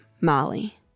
Molly